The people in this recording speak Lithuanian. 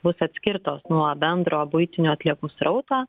bus atskirtos nuo bendro buitinių atliekų srauto